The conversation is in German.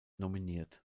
nominiert